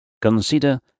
consider